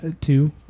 Two